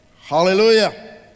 Hallelujah